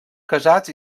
casats